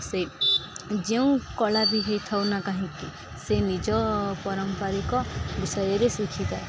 ସେ ଯେଉଁ କଳା ବି ହୋଇଥାଉ ନା କାହିଁକି ସେ ନିଜ ପାରମ୍ପରିକ ବିଷୟରେ ଶିଖିଥାଏ